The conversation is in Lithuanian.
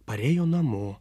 parėjo namo